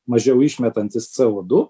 mažiau išmetantis c o du